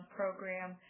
program